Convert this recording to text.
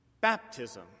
Baptism